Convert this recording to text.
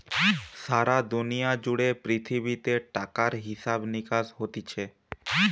সারা দুনিয়া জুড়ে পৃথিবীতে টাকার হিসাব নিকাস হতিছে